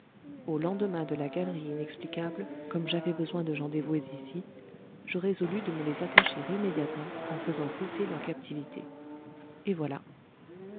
au lendemain de la galerie inexplicable comme j'avais besoin de gens dévoués ici je résolus de me les attacher immédiatement en faisant cesser leur captivité et voilà